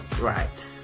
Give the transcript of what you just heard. Right